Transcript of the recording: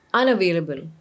unavailable